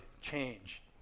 change